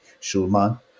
Shulman